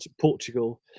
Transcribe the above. portugal